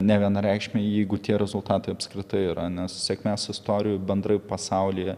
nevienareikšmiai jeigu tie rezultatai apskritai yra nes sėkmės istorijų bendrai pasaulyje